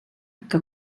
que